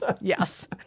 Yes